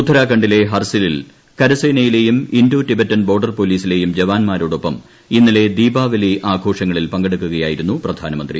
ഉത്തരാഖണ്ഡിലെ ഹർസിലിൽ കരസേനയിലെയും ഇൻഡോ ടിബറ്റൻ ബോർഡർ പൊലീസിലെയും ജവ്യാൻമാരോടൊപ്പം ഇന്നലെ ദീപാവലി ആഘോഷങ്ങളിൽ പങ്കെടുക്കുകയായിരുന്നു പ്രധാനമന്ത്രി